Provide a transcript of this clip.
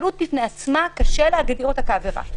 במקרה הזה,